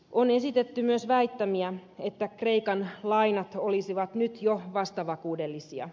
on esitetty myös väittämiä että kreikan lainat olisivat nyt jo vastavakuudellisia